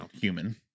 human